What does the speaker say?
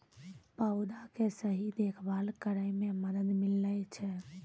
पौधा के सही देखभाल करै म मदद मिलै छै